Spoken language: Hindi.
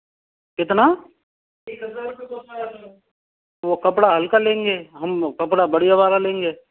कितना वो कपड़ा हल्का लेंगे हम कपड़ा बढ़िया वाला लेंगे